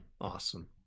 Awesome